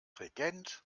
regent